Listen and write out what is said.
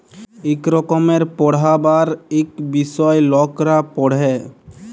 ইক রকমের পড়্হাবার ইক বিষয় লকরা পড়হে